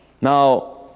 Now